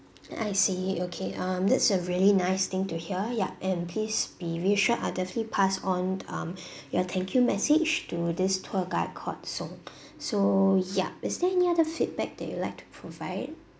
I see okay um that's a really nice thing to hear yup and please be reassured I'll definitely pass on um your thank you message to this tour guide called song so yup is there any other feedback that you would like to provide